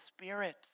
spirit